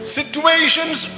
Situations